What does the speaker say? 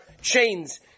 chains